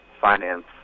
finance